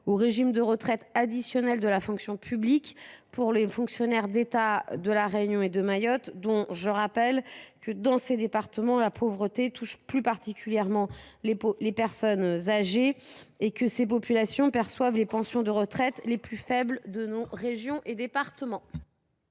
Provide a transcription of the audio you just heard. au régime de retraite additionnelle de la fonction publique pour les fonctionnaires d’État de La Réunion et de Mayotte. Je rappelle que, dans ces départements, la pauvreté touche plus particulièrement les personnes âgées et que ces populations perçoivent les pensions de retraite les plus faibles de nos régions et départements.